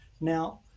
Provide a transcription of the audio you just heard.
Now